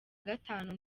gatanu